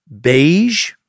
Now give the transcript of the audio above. beige